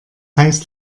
heißt